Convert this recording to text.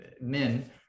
men